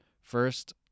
First